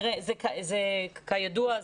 כידוע,